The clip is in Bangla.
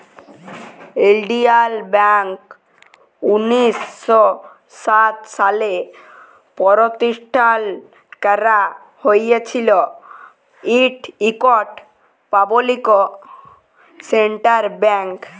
ইলডিয়াল ব্যাংক উনিশ শ সাত সালে পরতিষ্ঠাল ক্যারা হঁইয়েছিল, ইট ইকট পাবলিক সেক্টর ব্যাংক